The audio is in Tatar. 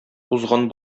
узган